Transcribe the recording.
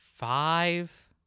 five